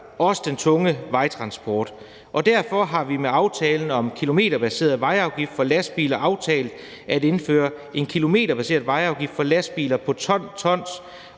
også den tunge vejtransport. Derfor har vi med aftalen om kilometerbaseret vejafgift for lastbiler aftalt at indføre en kilometerbaseret vejafgift for lastbiler på 12 tons